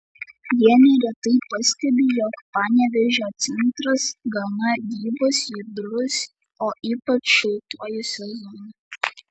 jie neretai pastebi jog panevėžio centras gana gyvas judrus o ypač šiltuoju sezonu